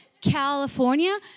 California